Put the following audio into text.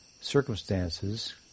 circumstances